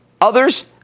Others